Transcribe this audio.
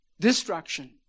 destruction